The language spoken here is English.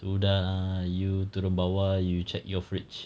sudah lah you turun bawah you check your fridge